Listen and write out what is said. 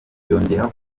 yongeraho